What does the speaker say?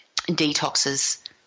detoxes